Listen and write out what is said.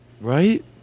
Right